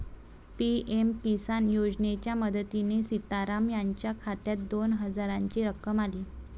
PM Kisan योजनेच्या मदतीने सीताराम यांच्या खात्यात दोन हजारांची रक्कम आली